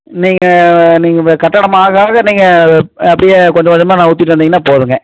நீங்கள் நீங்கள் கட்டிடம் ஆக ஆக நீங்கள் அப்படியே கொஞ்சம் கொஞ்சமாக நகத்திட்டு வந்திங்கன்னா போதும்ங்க